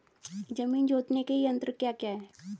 जमीन जोतने के यंत्र क्या क्या हैं?